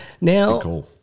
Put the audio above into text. Now